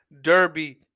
Derby